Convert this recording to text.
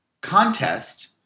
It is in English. contest